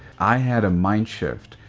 i had a mind-shift.